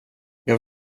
jag